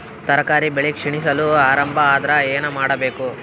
ತರಕಾರಿ ಬೆಳಿ ಕ್ಷೀಣಿಸಲು ಆರಂಭ ಆದ್ರ ಏನ ಮಾಡಬೇಕು?